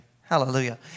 hallelujah